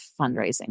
fundraising